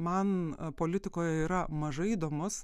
man politikoj yra mažai įdomus